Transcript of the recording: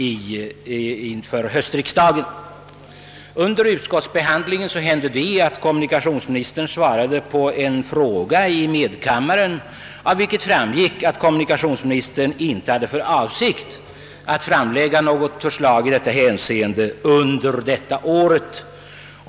Under tiden som utskottet behandlade ärendet svarade emellertid kommunikationsministern på en fråga i medkammaren, och av det svaret framgick att kommunikationsministern inte hade för avsikt att framlägga förslag i ärendet detta år.